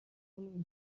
اون